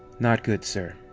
not good, sir.